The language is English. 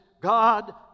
God